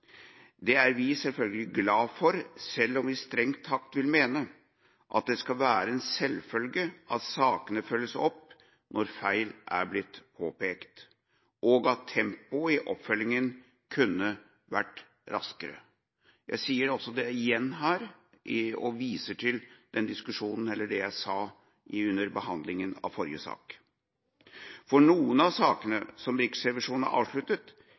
Det er vi selvfølgelig glad for, selv om vi strengt tatt vil mene at det skal være en selvfølge at sakene følges opp når feil er blitt påpekt, og at tempoet i oppfølginga kunne vært raskere. Jeg sier det igjen her, og jeg viser til det jeg sa under behandlinga av forrige sak. For noen av sakene som Riksrevisjonen har avsluttet